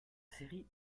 série